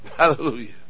Hallelujah